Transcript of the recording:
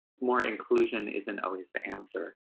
more inclusion isn't always the answer,